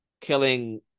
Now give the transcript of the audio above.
killing